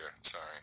Sorry